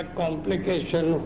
complication